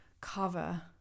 cover